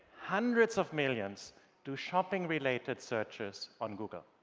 hundreds of millions do shopping-related searches on google.